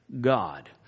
God